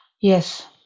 Yes